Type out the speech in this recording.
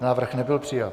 Návrh nebyl přijat.